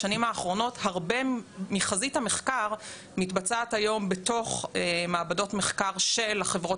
בשנים האחרונות הרבה מחזית המחקר מתבצעת היום בתוך מעבדות מחקר של החברות